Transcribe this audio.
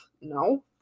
No